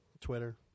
Twitter